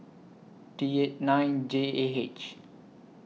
D eight nine J A H